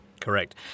Correct